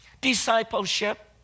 discipleship